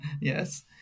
Yes